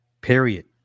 Period